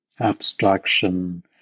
abstraction